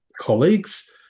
colleagues